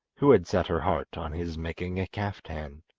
who had set her heart on his making a kaftan.